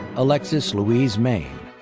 alexis louise mayne,